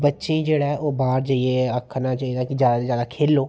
बच्चें ई जेह्ड़ा ऐ ओह् बाहर जाइयै आखना चाहिदा की जादै कोला जादै खेलो